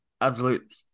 absolute